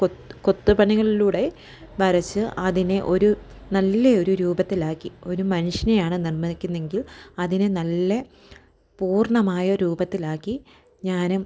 കൊത്ത് കൊത്തു പണികളിലൂടെ വരച്ച് അതിനെ ഒരു നല്ല ഒരു രൂപത്തിലാക്കി ഒരു മനുഷ്യനെയാണ് നിർമ്മിക്കുന്നതെങ്കിൽ അതിനെ നല്ല പൂർണ്ണമായ രൂപത്തിലാക്കി ഞാനും